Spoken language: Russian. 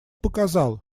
показал